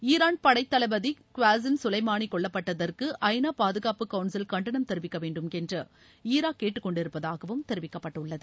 Iran படைத்தளபதி Qasem Soleimani கொல்லப்பட்டதற்கு ஐநா பாதுகாப்பு கவுன்சில் கண்டனம் தெரிவிக்க வேண்டும் என்று ஈராக் கேட்டுக்கொண்டிருப்பதாகவும் தெரிவிக்கப்பட்டுள்ளது